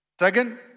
Second